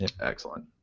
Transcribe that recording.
Excellent